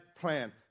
plan